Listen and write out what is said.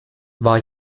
war